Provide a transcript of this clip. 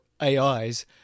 ais